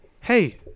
hey